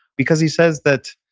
because he says that,